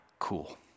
cool